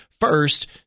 first